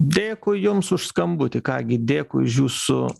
dėkui jums už skambutį ką gi dėkui už jūsų